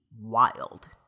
wild